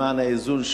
למען האיזון,